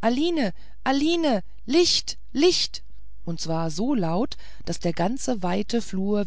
aline aline licht licht und zwar so laut daß der ganze weite flur